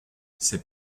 c’est